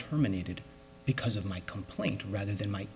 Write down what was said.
terminated because of my complaint rather than my